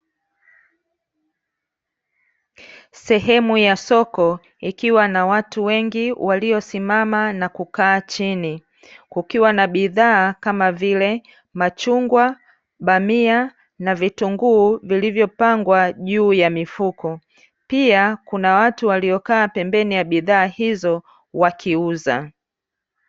Sehemu ya soko ikiwa na watu wengi waliosimama na kukaa chini, kukiwa na bidhaa kama vile machungwa bamia na vitunguu vilivyo pangwa juu ya mifuko, pia kuna watu waliokaa pembeni ya bidhaa hizo wakiuza.